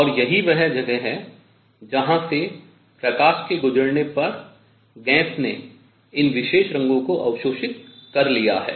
और यही वह जगह है जहां से प्रकाश के गुजरने पर गैस ने इन विशेष रंगों को अवशोषित कर लिया है